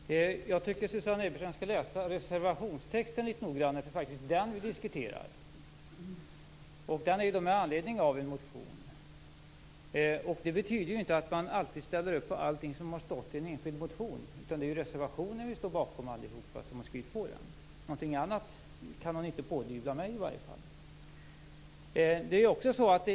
Fru talman! Jag tycker att Susanne Eberstein skall läsa reservationstexten litet noggrannare. Det är faktiskt den vi diskuterar. Den är skriven med anledning av en motion. Det betyder ju inte att man alltid ställer upp på allting som har stått i en enskild motion. Det är ju reservationen vi står bakom alla som har skrivit på den. Någonting annat kan man inte pådyvla mig i alla fall.